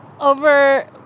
over